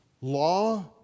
Law